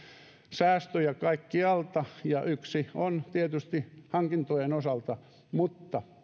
säästöjä kaikkialta ja yksi on tietysti hankintojen osalta mutta